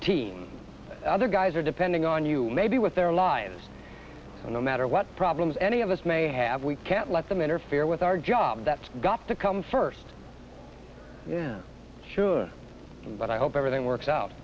that other guys are depending on you maybe with their lives so no matter what problems any of us may have we can't let them interfere with our job that's got to come first yeah sure but i hope everything works out